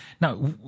Now